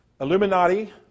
Illuminati